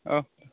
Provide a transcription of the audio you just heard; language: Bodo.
अह